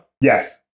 Yes